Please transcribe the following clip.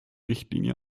richtlinie